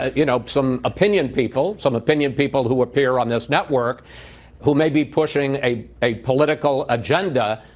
ah you know, some opinion people, some opinion, people who appear on this network who may be pushing a a political agenda,